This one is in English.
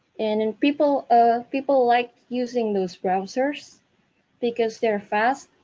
and and people ah people like using those browsers because they're fast